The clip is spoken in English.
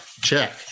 check